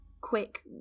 quick